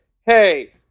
hey